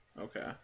Okay